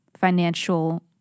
financial